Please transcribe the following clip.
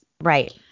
Right